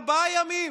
ארבעה ימים.